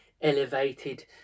elevated